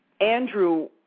Andrew